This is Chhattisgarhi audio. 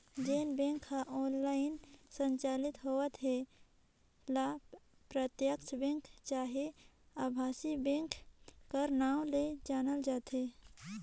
जेन बेंक ह ऑनलाईन संचालित होवत हे ल प्रत्यक्छ बेंक चहे अभासी बेंक कर नांव ले जानल जाथे